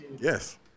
Yes